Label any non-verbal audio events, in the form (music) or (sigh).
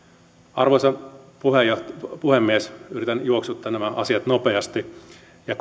arvoisa puhemies yritän juoksuttaa nämä asiat nopeasti ja (unintelligible)